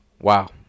Wow